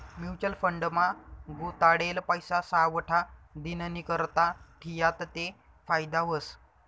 mutual fund मा गुताडेल पैसा सावठा दिननीकरता ठियात ते फायदा व्हस